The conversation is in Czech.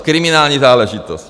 Kriminální záležitost.